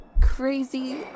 crazy